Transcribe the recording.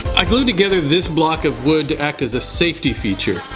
i glued together this block of wood to act as a safety feature.